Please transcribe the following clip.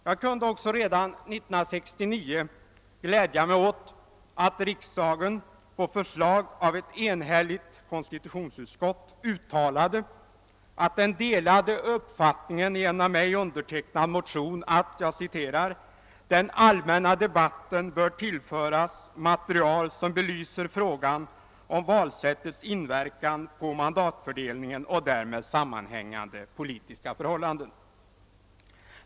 Jag kunde också redan 1969 glädja mig åt att riksdagen på förslag av ett enhälligt konstitutionsutskott uttalade att den delade uppfattningen i en av mig undertecknad motion att »den allmänna debatten bör tillföras material som belyser frågan om valsättets inverkan på mandatfördelningen och därmed sammanhängande politiska förhållanden».